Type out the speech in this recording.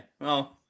Well-